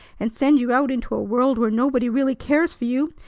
and send you out into a world where nobody really cares for you,